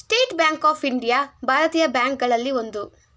state bank of India ಭಾರತೀಯ bank ಗಳಲ್ಲಿ ಒಂದು